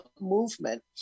movement